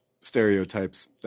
stereotypes